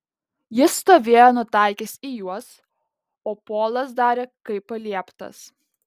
jis stovėjo nutaikęs į juos o polas darė kaip palieptas